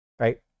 Right